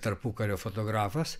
tarpukario fotografas